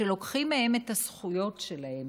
שלוקחים מהם את הזכויות שלהם,